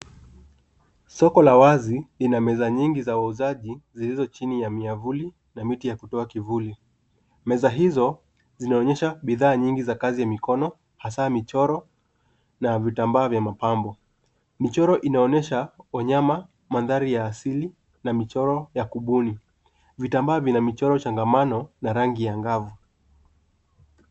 Soko la wazi ina meza nyingi za wauzaji zilizo chini ya miavuli na miti ya kutoa kivuli. Meza hizo zinaonyesha bidhaa nyinyi za kazi mikono hasa michoro na vitamba vya mapambo. Michoro inaonyesha wanyama, mandhari ya asili na michoro ya kubuni. Vitamba vina michoro changamano na rangi angavu.